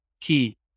key